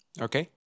Okay